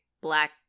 black